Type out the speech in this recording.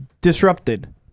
disrupted